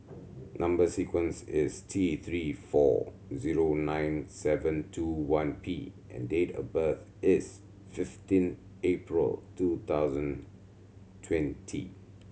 number sequence is T Three four zero nine seven two one P and date of birth is fifteen April two thousand twenty